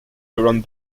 around